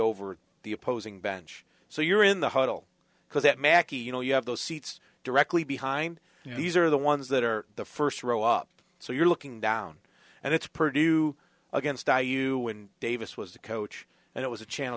over the opposing bench so you're in the huddle because that mackey you know you have those seats directly behind these are the ones that are the first row up so you're looking down and it's pretty you against are you and davis was the coach and it was a channel